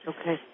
Okay